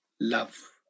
love